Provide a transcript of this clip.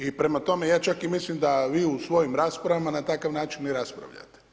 I prema tome, ja čak i mislim da vi u svojim raspravama na takav način i raspravljate.